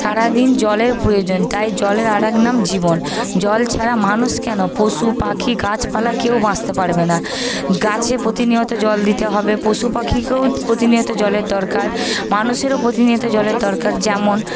সারাদিন জলের প্রয়োজন তাই জলের আর এক নাম জীবন জল ছাড়া মানুষ কেন পশুপাখি গাছপালা কেউ বাঁচতে পারবে না গাছে প্রতিনিয়ত জল দিতে হবে পশুপাখিকেও প্রতিনিয়ত জলের দরকার মানুষেরও প্রতিনিয়ত জলের দরকার যেমন